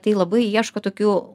tai labai ieško tokių